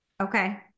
Okay